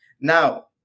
Now